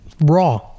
raw